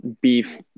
beef